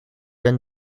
than